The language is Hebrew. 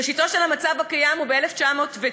ראשיתו של המצב הקיים היא ב-1909,